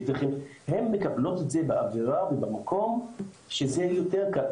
הן מקבלות את זה באווירה ובמקום שזה יותר קל.